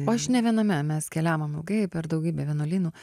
o aš ne viename mes keliavom ilgai per daugybę vienuolynų